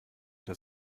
der